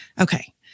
okay